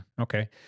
Okay